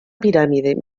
piràmide